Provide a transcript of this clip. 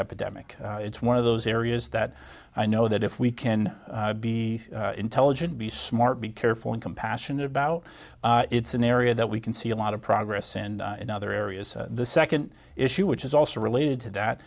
epidemic it's one of those areas that i know that if we can be intelligent be smart be careful and compassionate about it's an area that we can see a lot of progress in in other areas the second issue which is also related to that